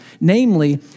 Namely